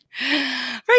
Right